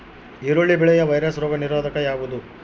ಈರುಳ್ಳಿ ಬೆಳೆಯ ವೈರಸ್ ರೋಗ ನಿರೋಧಕ ಯಾವುದು?